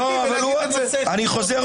יכול לבוא היועץ המשפטי ולהגיד --- אני חוזר.